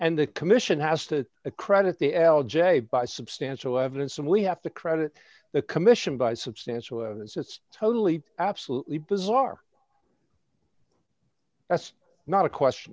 and the commission has to accredit the l j by substantial evidence and we have to credit the commission by substantial as it's totally absolutely bizarre that's not a question